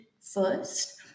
first